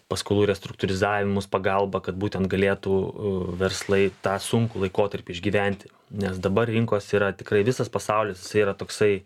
paskolų restruktūrizavimo pagalbą kad būtent galėtų verslai tą sunkų laikotarpį išgyventi nes dabar rinkos yra tikrai visas pasaulis yra toksai